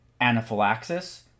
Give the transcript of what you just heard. anaphylaxis